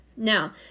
Now